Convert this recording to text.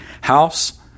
house